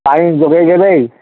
ପାଣି ଯୋଗେଇଦେବେ